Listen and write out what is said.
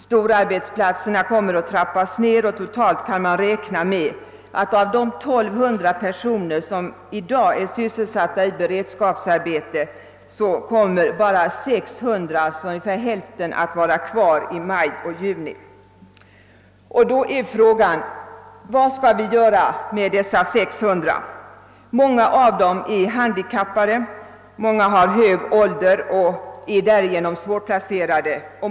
Storarbetsplatserna kommer att skäras ner, och totalt kan man räkna med att av de 1200 personer, som i dag är sysselsatta i beredskapsarbete, kommer ungefär 600 att vara kvar i maj—juni. Då är frågan vad vi skall göra med de övriga 600. Många av dem är handikappade och många är äldre och därigenom svårplacerade.